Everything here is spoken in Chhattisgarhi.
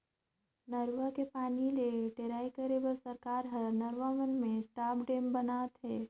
नरूवा के पानी ले टेड़ई करे बर सरकार हर नरवा मन में स्टॉप डेम ब नात हे